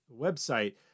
website